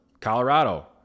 Colorado